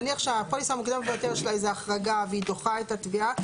נניח שבפוליסה המוקדמת ביותר יש החרגה והיא דוחה את התביעה,